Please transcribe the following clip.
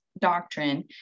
doctrine